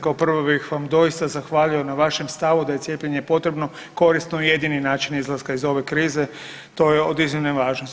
Kao prvo bih vam doista zahvalio na vašem stavu da je cijepljenje potrebno, korisno i jedini način izlaska iz ove krize, to je od iznimne važnosti.